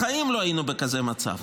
בחיים לא היינו בכזה מצב.